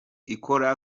ikora